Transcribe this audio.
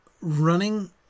running